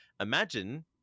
imagine